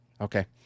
Okay